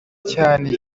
cyane